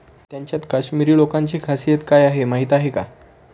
त्यांच्यात काश्मिरी लोकांची खासियत काय आहे माहीत आहे का?